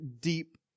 deep